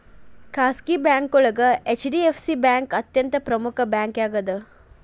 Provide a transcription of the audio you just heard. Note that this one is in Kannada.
ಖಾಸಗಿ ಬ್ಯಾಂಕೋಳಗ ಹೆಚ್.ಡಿ.ಎಫ್.ಸಿ ಬ್ಯಾಂಕ್ ಅತ್ಯಂತ ಪ್ರಮುಖ್ ಬ್ಯಾಂಕಾಗ್ಯದ